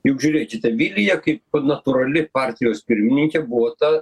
juk žiūrėkite vilija kaip natūrali partijos pirmininkė buvo ta